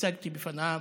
והצגתי בפניו